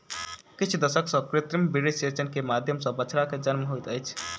किछ दशक सॅ कृत्रिम वीर्यसेचन के माध्यम सॅ बछड़ा के जन्म होइत अछि